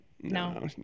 no